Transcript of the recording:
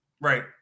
Right